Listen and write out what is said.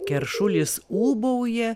keršulis ūbauja